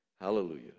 Hallelujah